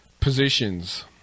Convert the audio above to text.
positions